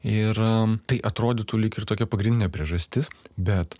ir tai atrodytų lyg ir tokia pagrindinė priežastis bet